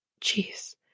jeez